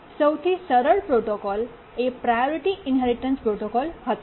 સૌથી સરળ પ્રોટોકોલ એ પ્રાયોરિટી ઇન્હેરિટન્સ પ્રોટોકોલ હતો